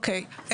אוקיי.